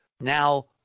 now